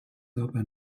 aber